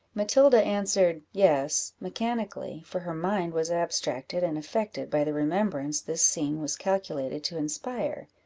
matilda answered yes, mechanically, for her mind was abstracted, and affected by the remembrance this scene was calculated to inspire.